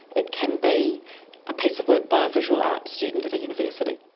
it can be a piece of work by a visual art student at a university.